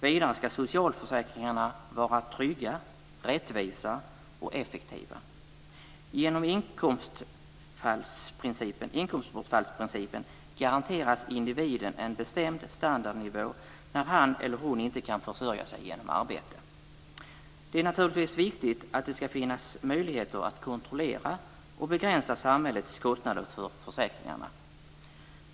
Vidare ska socialförsäkringarna vara trygga, rättvisa och effektiva. Genom inkomstbortfallsprincipen garanteras individen en bestämd standardnivå när han eller hon inte kan försörja sig genom arbete. Det är naturligtvis viktigt att det ska finnas möjligheter att kontrollera och begränsa samhällets kostnader för försäkringarna.